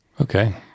Okay